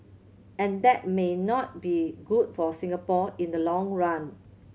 and that may not be good for Singapore in the long run